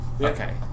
okay